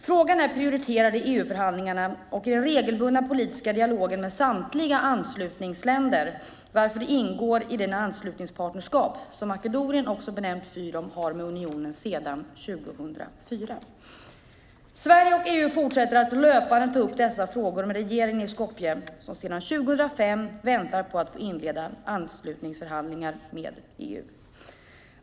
Frågan är prioriterad i EU-förhandlingarna och i den regelbundna politiska dialogen med samtliga anslutningsländer, varför den ingår i det anslutningspartnerskap som Makedonien, också benämnt Fyrom, har med unionen sedan 2004. Sverige och EU fortsätter att löpande ta upp dessa frågor med regeringen i Skopje som sedan 2005 väntar på att få inleda anslutningsförhandlingar med EU.